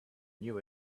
knew